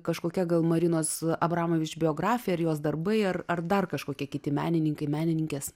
kažkokia gal marinos abramovič biografija ir jos darbai ar ar dar kažkokie kiti menininkai menininkės